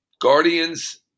Guardians